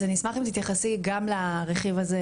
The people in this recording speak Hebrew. אז אני אשמח אם תתייחסי גם לרכיב הזה,